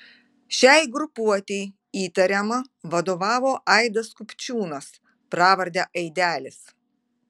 šiai grupuotei įtariama vadovavo aidas kupčiūnas pravarde aidelis